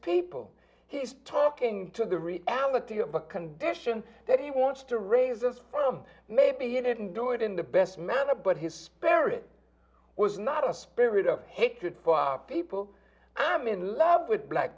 people he's talking to the reality of the condition that he wants to raise us from maybe you didn't do it in the best manner but his spirit was not a spirit of hatred for people i'm in love with black